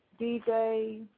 DJ